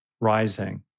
rising